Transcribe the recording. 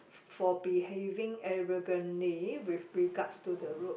for behaving arrogantly with regards to the road